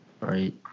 Right